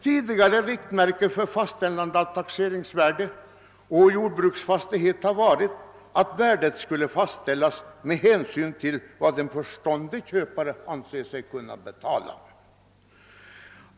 Tidigare riktmärke för fastställande av taxeringsvärde på jordbruksfastighet har varit att värdet skulle fastställas med hänsyn till vad en förståndig köpare skulle anse sig kunna betala.